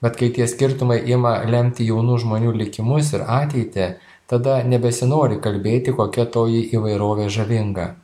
bet kai tie skirtumai ima lemti jaunų žmonių likimus ir ateitį tada nebesinori kalbėti kokia toji įvairovė žavinga